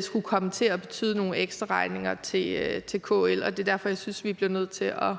skulle komme til at betyde nogle ekstraregninger til KL, og det er derfor, jeg synes, at vi bliver nødt til at